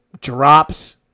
drops